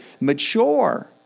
mature